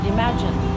Imagine